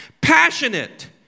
passionate